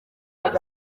reba